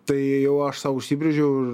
tai jau aš sau užsibrėžiau ir